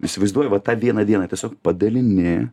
įsivaizduoji va tą vieną dieną tiesiog padalini